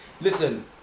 Listen